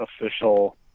official